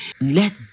Let